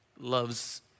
loves